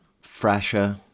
fresher